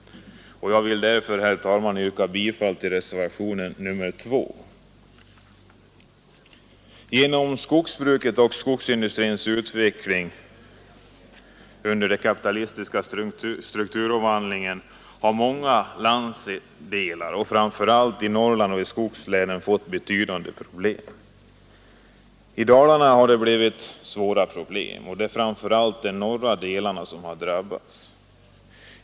Jag vill därför, herr talman, yrka bifall till reservationen 2. Genom skogsbrukets och skogsindustrins utveckling under den kapitalistiska strukturomvandlingen har många landsdelar, framför allt i Norrland och skogslänen, fått betydande problem. I Dalarna har problemen blivit svåra, och det är framför allt de norra delarna som har drabbats.